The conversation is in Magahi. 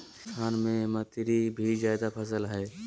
राजस्थान में मतीरी भी जायद फसल हइ